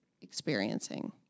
experiencing